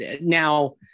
now